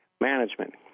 management